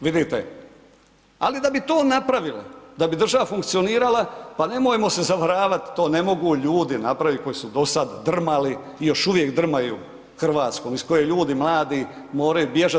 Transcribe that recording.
Vidite, ali da bi to napravili, da bi država funkcionirala, pa nemojmo se zavaravati, to ne mogu ljudi napraviti koji su dosad drmali i još uvijek drmaju Hrvatskom, iz koje ljudi mladi moraju bježati.